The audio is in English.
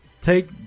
take